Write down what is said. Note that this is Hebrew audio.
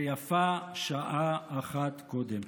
ויפה שעה אחת קודם.